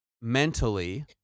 mentally